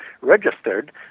registered